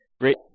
Great